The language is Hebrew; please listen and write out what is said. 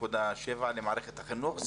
ה-1.7 למערכת החינוך?